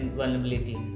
vulnerability